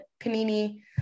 panini